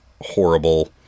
horrible